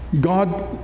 God